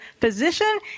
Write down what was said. physician